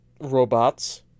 robots